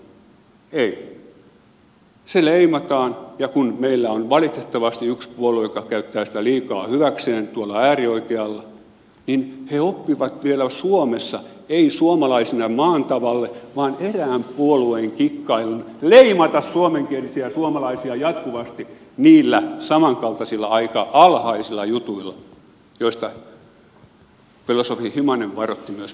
ei se leimataan ja kun meillä on valitettavasti yksi puolue joka käyttää sitä liikaa hyväkseen tuolla äärioikealla niin he oppivat vielä suomessa ei suomalaisina maan tavalle vaan erään puolueen kikkailun leimata suomenkielisiä suomalaisia jatkuvasti niillä samankaltaisilla aika alhaisilla jutuilla joista filosofi himanen varoitti myös päämi nisteriä